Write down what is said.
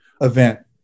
event